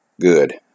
Good